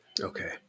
okay